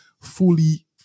fully